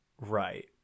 Right